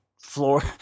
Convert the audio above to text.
floor